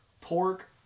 pork